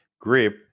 grip